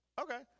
okay